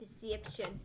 Deception